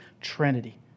Trinity